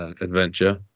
adventure